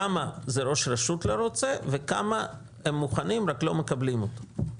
כמה זה ראש רשות שלא רוצה וכמה מוכנים רק לא מקבלים אותו?